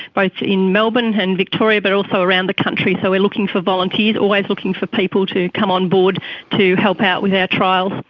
both in melbourne and victoria but also around the country. so we are looking for volunteers, always looking for people to come on board to help out with our trials.